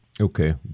Okay